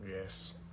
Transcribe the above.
Yes